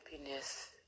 happiness